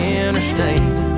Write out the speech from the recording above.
interstate